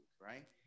right